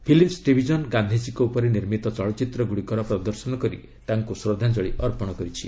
ଫିଲ୍କସ୍ division ଗାନ୍ଧିଙ୍କ ଉପରେ ନିର୍ମିତ ଚଳଚ୍ଚିତ୍ର ଗୁଡ଼ିକର ପ୍ରଦର୍ଶନ କରି ତାଙ୍କୁ ଶ୍ରଦ୍ଧାଞ୍ଚଳି ଅର୍ପଣ କରିଛି